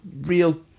real